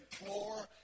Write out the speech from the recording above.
implore